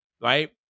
Right